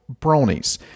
bronies